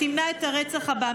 וימנע את הרצח הבא.